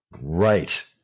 Right